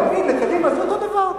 ליאיר לפיד, לקדימה, זה אותו דבר.